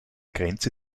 grenze